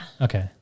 Okay